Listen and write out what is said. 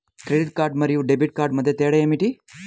Credit card మరియు debit card మధ్య తేడా ఏమిటి?